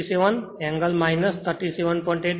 67 angle 37